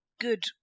good